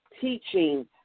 teaching